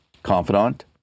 confidant